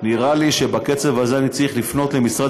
נראה לי שבקצב הזה אני צריך לפנות למשרד